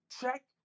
check